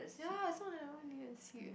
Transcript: ya it's not like anyone need a seat